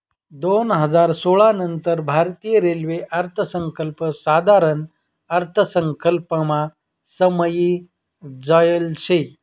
दोन हजार सोळा नंतर भारतीय रेल्वे अर्थसंकल्प साधारण अर्थसंकल्पमा समायी जायेल शे